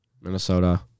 Minnesota